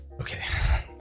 Okay